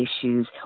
issues